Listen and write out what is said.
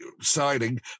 signing